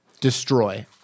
destroy